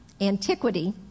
antiquity